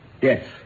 yes